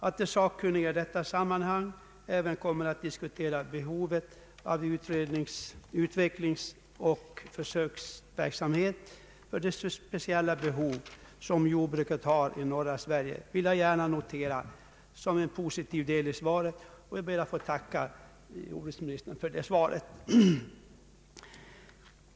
Att de sakkunniga i detta sammanhang även kommer att diskutera behovet av utvecklingsoch försöksverksamhet för de speciella behov som jordbruket har i norra Sverige vill jag gärna notera såsom en positiv del i svaret. Jag ber att få tacka jordbruksministern för detta uttalande.